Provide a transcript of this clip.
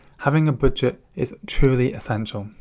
having a budget is truly essential.